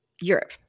Europe